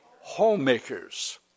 Homemakers